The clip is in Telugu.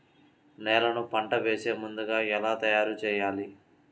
నేలను పంట వేసే ముందుగా ఎలా తయారుచేయాలి?